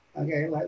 Okay